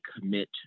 commit